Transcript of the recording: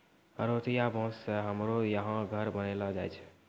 हरोठिया बाँस से हमरो यहा घर बनैलो जाय छै